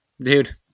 Dude